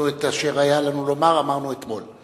אנחנו את אשר היה לנו לומר אמרנו אתמול.